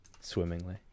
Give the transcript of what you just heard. swimmingly